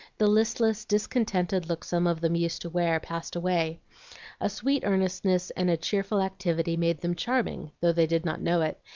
the listless, discontented look some of them used to wear passed away a sweet earnestness and a cheerful activity made them charming, though they did not know it,